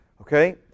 Okay